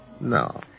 No